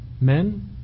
men